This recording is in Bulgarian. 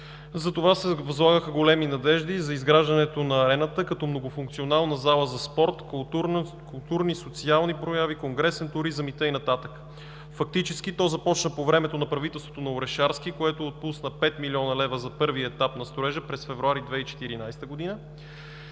Затова се възлагаха големи надежди за изграждането на „Арена Бургас“ като многофункционална зала за спорт, културни и социални прояви, туризъм и т.н. Фактически то започна по времето на правителството на Орешарски, което отпусна 5 млн. лв. за първия етап на строежа през месец февруари 2014 г.